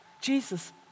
Jesus